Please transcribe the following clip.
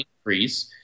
increase